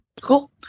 Cool